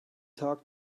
talk